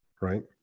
right